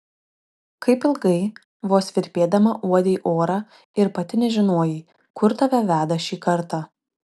kaip ilgai vos virpėdama uodei orą ir pati nežinojai kur tave veda šį kartą